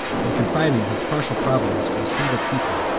and confining his partial providence to a single people,